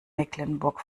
mecklenburg